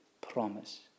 promise